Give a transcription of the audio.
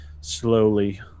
slowly